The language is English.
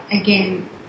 again